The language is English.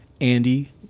Andy